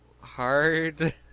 hard